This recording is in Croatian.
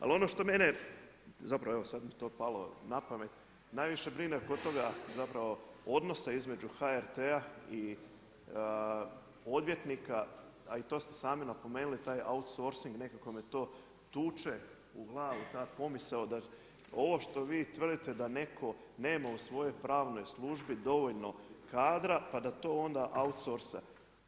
Ali ono što mene, zapravo evo sad mi je to palo na pamet, najviše brine kod toga zapravo odnosa između HRT-a i odvjetnika, a i to ste sami napomenuli taj outsourcing, nekako mi to tuče u glavu ta pomisao da ovo što vi tvrdite da netko nema u svojoj pravnoj službi dovoljno kadra pa da to onda outsourca.